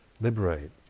liberate